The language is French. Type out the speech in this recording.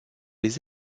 les